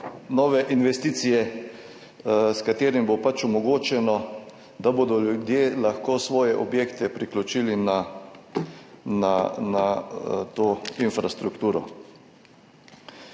nove investicije, s katerimi bo pač omogočeno, da bodo ljudje lahko svoje objekte priključili na to infrastrukturo.